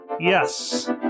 Yes